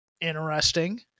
Interesting